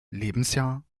lebensjahr